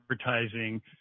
advertising